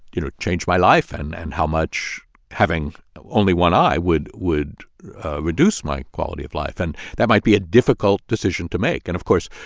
you know, change my life and and how much having only one eye would would reduce my quality of life and that might be a difficult decision to make. and of course,